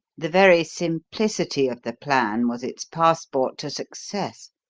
the very simplicity of the plan was its passport to success.